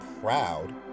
proud